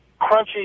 crunchy